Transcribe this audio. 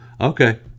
Okay